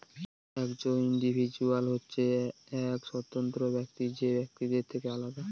একজন ইন্ডিভিজুয়াল হচ্ছে এক স্বতন্ত্র ব্যক্তি যে বাকিদের থেকে আলাদা